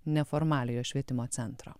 neformaliojo švietimo centro